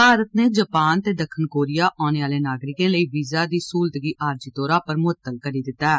भारत नै जपान ते दक्खन कोरिया औने आह्ले नागरिकें लेई वीजा दी सहूलत गी आरज़ी तौरा उप्पर मुअत्तल करी दित्ता ऐ